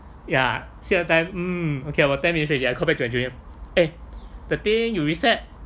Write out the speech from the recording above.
ya so mm okay about ten minutes already I call back to my junior eh the thing you reset